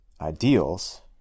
ideals